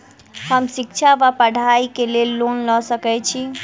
हम शिक्षा वा पढ़ाई केँ लेल लोन लऽ सकै छी?